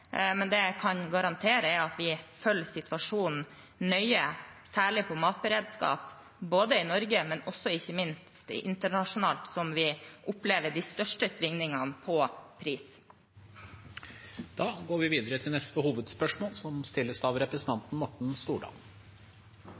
jeg kan garantere, er at vi følger situasjonen nøye, særlig på matberedskap, både i Norge og ikke minst internasjonalt, der vi opplever de største svingningene på pris. Vi går videre til neste hovedspørsmål.